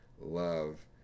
love